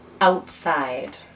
outside